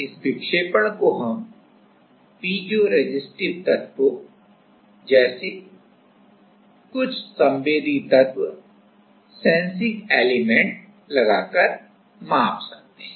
इस विक्षेपण को हम पीज़ोरेसिस्टिव तत्वों जैसे कुछ संवेदी तत्व लगाकर माप सकते हैं